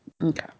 Okay